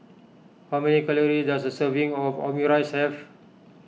how many calories does a serving of Omurice have